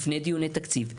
לפני דיוני תקציב,